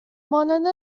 مانند